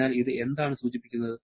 അതിനാൽ ഇത് എന്താണ് സൂചിപ്പിക്കുന്നത്